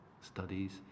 studies